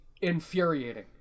infuriating